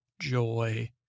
joy